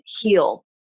heal